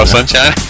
Sunshine